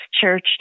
church